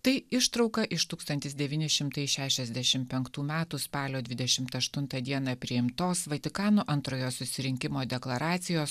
tai ištrauka iš tūkstantis devyni šimtai šešiasdešimt penktų metų spalio dvidešimt aštuntą dieną priimtos vatikano antrojo susirinkimo deklaracijos